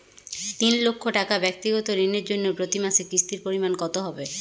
তিন লক্ষ টাকা ব্যাক্তিগত ঋণের জন্য প্রতি মাসে কিস্তির পরিমাণ কত হবে?